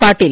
Patil